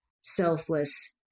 selfless